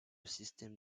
système